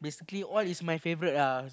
basically all is my favourite ah